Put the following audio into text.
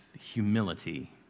humility